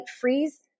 freeze